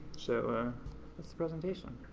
so that's the presentation.